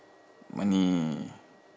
money